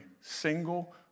single